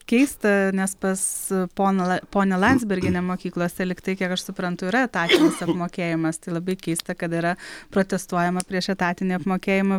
keista nes pas poną ponią landsbergiene mokyklose lyg tai kiek aš suprantu yra etatinis apmokėjimas tai labai keista kad yra protestuojama prieš etatinį apmokėjimą